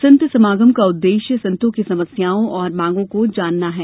संत समागम का उद्देश्य संतों की समस्याओं और मांगों को जानना है